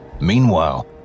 Meanwhile